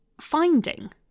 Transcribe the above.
finding